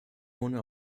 ohne